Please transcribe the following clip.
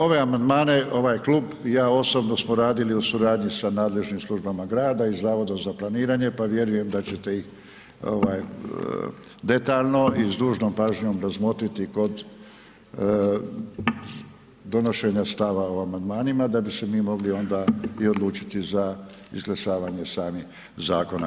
Ove amandmane ovaj klub i ja osobno smo radili u suradnji sa nadležnim službama grada i Zavoda za planiranje, pa vjerujem da ćete ih detaljno i s dužnom pažnjom razmotriti kod donošenja stava o amandmanima, da bi se mi mogli onda i odlučiti za izglasavanje samih zakona.